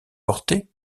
porter